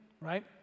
right